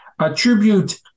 attribute